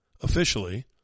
officially